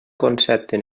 concepte